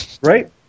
Right